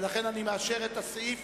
ולכן אני מאשר את סעיף